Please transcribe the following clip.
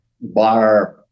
bar